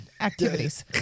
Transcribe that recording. activities